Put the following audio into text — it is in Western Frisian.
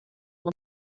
oan